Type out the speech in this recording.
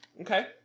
okay